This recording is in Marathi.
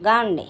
गांगणे